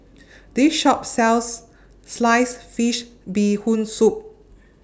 This Shop sells Sliced Fish Bee Hoon Soup